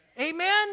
Amen